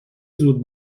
زود